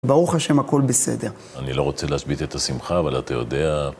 ברוך השם, הכל בסדר. אני לא רוצה להשבית את השמחה, אבל אתה יודע...